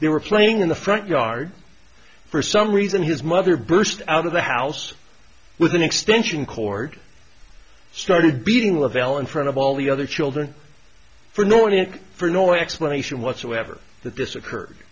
they were playing in the front yard for some reason his mother burst out of the house with an extension cord started beating lavelle in front of all the other children for no need for no explanation whatsoever that this occurred